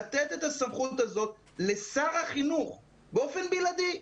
לתת את הסמכות הזאת לשר החינוך באופן בלעדי,